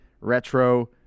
retro